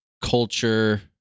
Culture